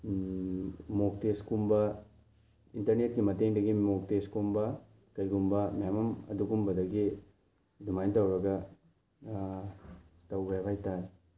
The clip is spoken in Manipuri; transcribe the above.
ꯃꯣꯛ ꯇꯦꯁꯀꯨꯝꯕ ꯏꯟꯇꯔꯅꯦꯠꯀꯤ ꯃꯇꯦꯡꯗꯒꯤ ꯃꯣꯛ ꯇꯦꯁꯀꯨꯝꯕ ꯀꯩꯒꯨꯝꯕ ꯃꯌꯥꯝ ꯑꯃ ꯑꯗꯨꯒꯨꯝꯕꯗꯒꯤ ꯑꯗꯨꯃꯥꯏꯅ ꯇꯧꯔꯒ ꯇꯧꯋꯦ ꯍꯥꯏꯇꯥꯔꯦ